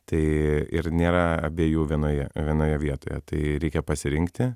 tai ir nėra abiejų vienoje vienoje vietoje tai reikia pasirinkti